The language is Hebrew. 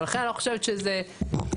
ולכן אני לא חושבת שזה קריטי.